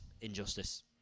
Injustice